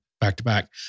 back-to-back